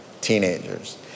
teenagers